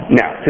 now